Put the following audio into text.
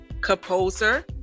composer